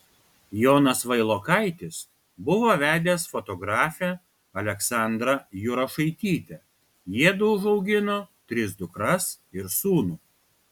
jonas vailokaitis buvo vedęs fotografę aleksandrą jurašaitytę jiedu užaugino tris dukras ir sūnų